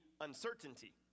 uncertainty